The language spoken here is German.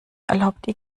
erlaubt